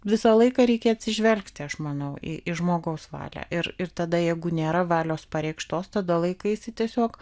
visą laiką reikia atsižvelgti aš manau į žmogaus valią ir ir tada jeigu nėra valios pareikštos tada laikaisi tiesiog